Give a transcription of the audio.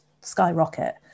skyrocket